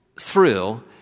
thrill